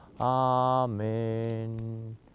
Amen